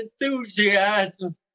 enthusiasm